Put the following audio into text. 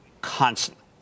constantly